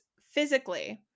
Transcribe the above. physically